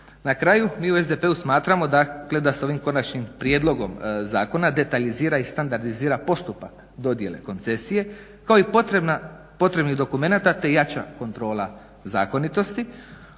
Na kraju mi u SDP-u smatramo dakle da s ovim konačnim prijedlogom zakona detaljizira i standardizira postupak dodjele koncesije kao i potrebni dokument te jača kontrola zakonitosti